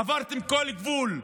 עברתם כל גבול.